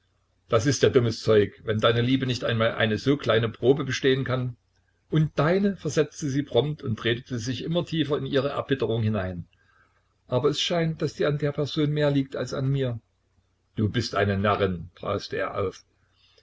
das ist ja dummes zeug wenn deine liebe nicht einmal eine so kleine probe bestehen kann und deine versetzte sie prompt und redete sich immer tiefer in ihre erbitterung hinein aber es scheint daß dir an der person mehr liegt als an mir du bist eine närrin brauste er auf